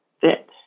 fit